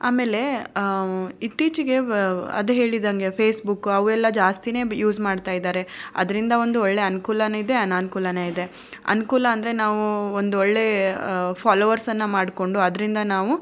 ಆಮೇಲೆ ಇತ್ತಿಚೆಗೆ ಅದು ಹೇಳಿದಂಗೆ ಫೇಸ್ಬುಕ್ ಅವೆಲ್ಲಾ ಜಾಸ್ತಿನೇ ಯೂಸ್ ಮಾಡ್ತಾ ಇದಾರೆ ಅದರಿಂದ ಒಂದು ಒಳ್ಳೆಯ ಅನುಕೂಲನೂ ಇದೆ ಅನನುಕೂಲನೂ ಇದೆ ಅನುಕೂಲ ಅಂದರೆ ನಾವು ಒಂದೊಳ್ಳೆ ಫಾಲೋವರ್ಸನ್ನು ಮಾಡಿಕೊಂಡು ಅದರಿಂದ ನಾವು